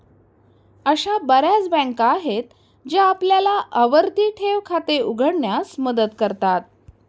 अशा बर्याच बँका आहेत ज्या आपल्याला आवर्ती ठेव खाते उघडण्यास मदत करतात